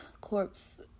corpse